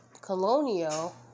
Colonial